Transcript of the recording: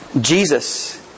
Jesus